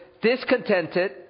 discontented